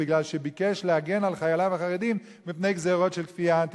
בגלל שביקש להגן על חייליו החרדים מפני גזירות של כפייה אנטי-דתית.